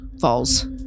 falls